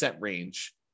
range